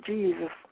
Jesus